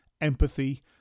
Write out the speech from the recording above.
empathy